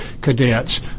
cadets